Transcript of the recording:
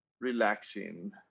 relaxing